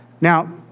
Now